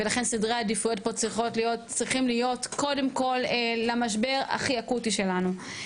ולכן סדרי עדיפויות פה צריכים להיות קודם כל למשבר הכי אקוטי שלנו.